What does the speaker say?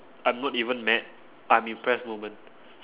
I'm not even mad but I'm impressed moment